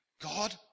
God